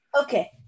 Okay